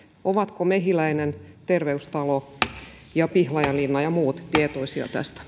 ovatko mehiläinen terveystalo pihlajalinna ja muut tietoisia tästä